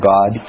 God